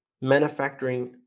manufacturing